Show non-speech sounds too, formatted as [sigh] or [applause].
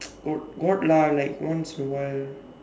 [noise] got got lah like once in a while